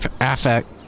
affect